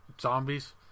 zombies